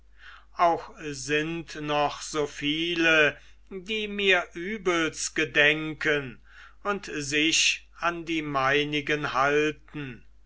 auch sind noch so viele die mir übels gedenken und sich an die meinigen halten